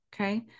okay